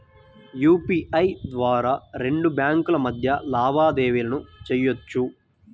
UPI ద్వారా రెండు బ్యేంకుల మధ్య లావాదేవీలను చెయ్యొచ్చు